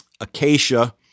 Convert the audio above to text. Acacia